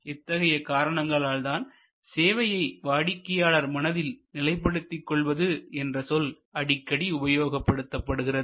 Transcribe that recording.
இத்தகைய காரணங்களால்தான் சேவையை வாடிக்கையாளர் மனதில் நிலைப்படுத்திக் கொள்வது என்ற சொல் அடிக்கடி உபயோகப்படுத்தப்படுகிறது